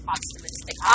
Optimistic